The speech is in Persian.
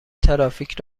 ترافیک